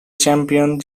champion